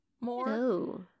more